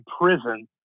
prison